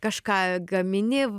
kažką gamini